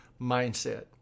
mindset